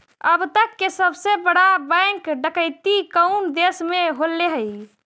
अब तक के सबसे बड़ा बैंक डकैती कउन देश में होले हइ?